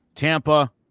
Tampa